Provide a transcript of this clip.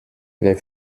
les